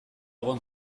egon